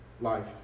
life